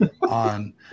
on